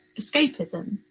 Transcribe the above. escapism